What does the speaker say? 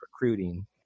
recruiting